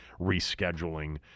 rescheduling